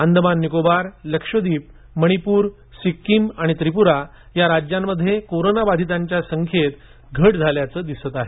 अंदमान निकोबार लक्षद्वीप मणिपूर सिक्किम आणि त्रिपुरा या राज्यांमध्ये कोरोनाबाधितांची संख्येत घट झाल्याचं दिसतं आहे